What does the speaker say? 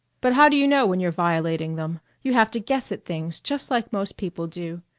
but how do you know when you're violating them? you have to guess at things just like most people do.